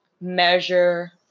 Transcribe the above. measure